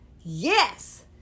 yes